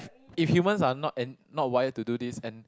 if humans are not and not wired to do this and